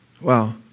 Wow